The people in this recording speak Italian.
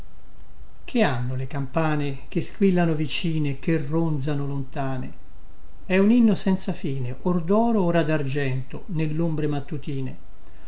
che hanno le campane che squillano vicine che ronzano lontane e un inno senza fine or doro ora dargento nellombre mattutine